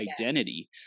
identity